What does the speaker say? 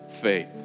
faith